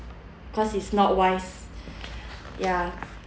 cause it's not wise ya